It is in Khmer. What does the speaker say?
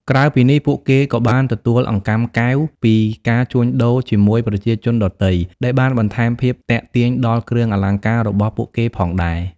ក្រៅពីនេះ ពួកគេក៏បានទទួល អង្កាំកែវ ពីការជួញដូរជាមួយប្រជាជនដទៃ ដែលបានបន្ថែមភាពទាក់ទាញដល់គ្រឿងអលង្ការរបស់ពួកគេផងដែរ។